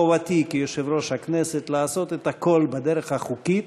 חובתי כיושב-ראש הכנסת לעשות את הכול בדרך החוקית,